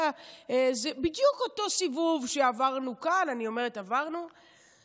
בדיוק אותו סיבוב שעברנו כאן, אני אומרת "עברנו";